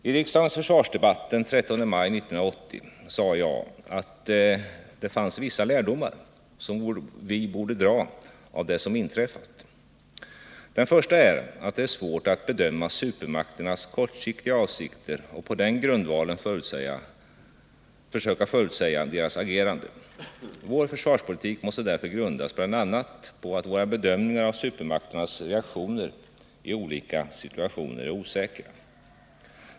I riksdagens försvarsdebatt den 13 maj 1980 sade jag att det fanns vissa lärdomar som vi borde dra av det som inträffat. Den första är att det är svårt att bedöma supermakternas kortsiktiga avsikter och på den grundvalen försöka förutsäga deras agerande. Vår försvarspolitik måste därför grundas bl.a. på att våra bedömningar av supermakternas reaktioner i olika situationer är osäkra.